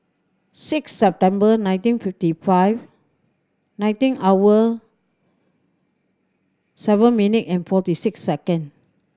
six September nineteen fifty five nineteen hour seven minute and forty six second